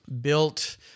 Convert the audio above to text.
built